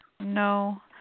No